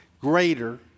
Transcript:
Greater